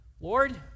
Lord